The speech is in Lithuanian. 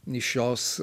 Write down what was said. iš jos